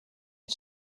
and